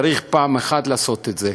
צריך פעם אחת לעשות את זה.